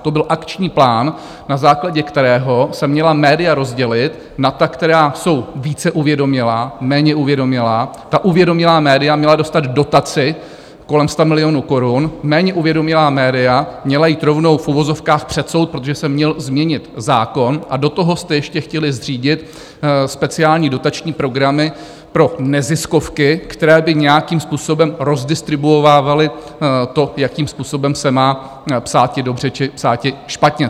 To byl akční plán, na základě kterého se měla média rozdělit na ta, která jsou více uvědomělá, méně uvědomělá, ta uvědomělá média měla dostat dotaci kolem 100 milionů korun, méně uvědomělá média měla jít rovnou, v uvozovkách, před soud, protože se měl změnit zákon, a do toho jste ještě chtěli zřídit speciální dotační programy pro neziskovky, které by nějakým způsobem rozdistribuovávaly to, jakým způsobem se má psáti dobře či psáti špatně.